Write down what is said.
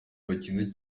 bakize